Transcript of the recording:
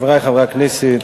חברי חברי הכנסת,